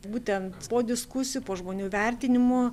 būtent po diskusijų po žmonių vertinimų